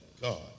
God